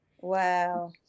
Wow